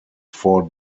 four